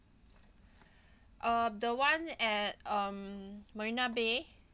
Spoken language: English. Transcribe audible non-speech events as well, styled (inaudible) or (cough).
(breath) uh the one at um marina bay